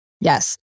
Yes